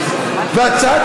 דיומא,